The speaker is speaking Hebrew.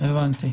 הבנתי.